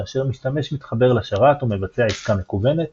כאשר משתמש מתחבר לשרת או מבצע עסקה מקוונת,